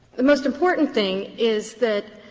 the most important thing is that